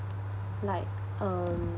like um